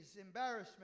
embarrassment